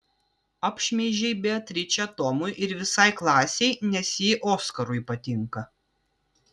apšmeižei beatričę tomui ir visai klasei nes ji oskarui patinka